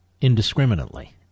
indiscriminately